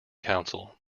council